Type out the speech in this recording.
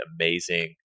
amazing